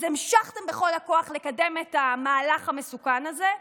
אז המשכתם בכל הכוח לקדם את המהלך המסוכן הזה,